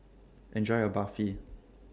Enjoy your Barfi